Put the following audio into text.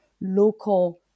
local